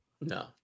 No